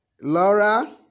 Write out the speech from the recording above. Laura